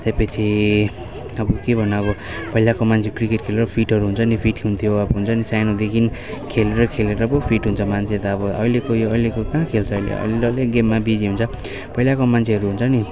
त्यसपछि अब के भन्नु अब पहिलाको मान्छे क्रिकेट खेलेर फिटहरू हुन्छ नि फिट हुन्थ्यो अब हुन्छ नि सानोदेखि खेलेर खेलेर पो फिट हुन्छ मान्छे त अब अहिलेको यो अहिलेको कहाँ खेल्छ अहिले डल्लै गेममा बिजी हुन्छ पहिलाको मान्छेहरू हुन्छ नि